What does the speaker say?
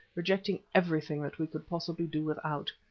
rejecting everything that we could possibly do without.